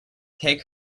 take